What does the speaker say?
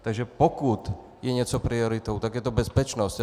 Takže pokud je něco prioritou, tak je to bezpečnost.